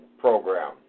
program